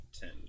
ten